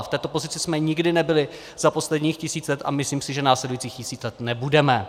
V této pozici jsme nikdy nebyli za posledních tisíc let a myslím si, že následujících tisíc let nebudeme.